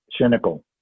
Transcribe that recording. cynical